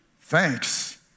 thanks